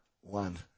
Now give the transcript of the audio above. One